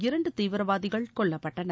இரண்டு தீவிரவாதிகள் கொல்லப்பட்டனர்